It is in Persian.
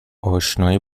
آشنایی